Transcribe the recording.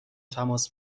تماس